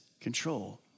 control